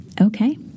Okay